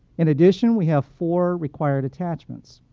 in addition, we have four required attachments.